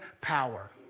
power